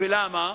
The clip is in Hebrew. ולמה?